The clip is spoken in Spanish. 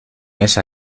esa